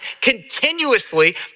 continuously